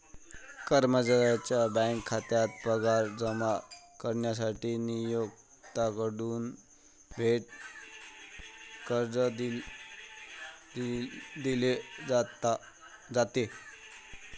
कर्मचाऱ्याच्या बँक खात्यात पगार जमा करण्यासाठी नियोक्त्याकडून थेट कर्ज दिले जाते